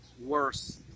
worse